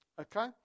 Okay